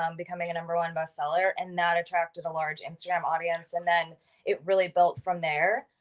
um becoming a number one bestseller and that attracted a large instagram audience and then it really built from there.